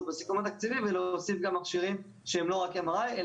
בסיכום התקציבי ולהוסיף גם מכשירים שהם לא רק M.R.I. ,